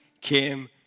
came